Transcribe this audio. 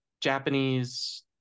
japanese